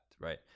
right